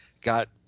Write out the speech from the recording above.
got